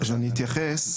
אני אתייחס.